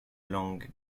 langue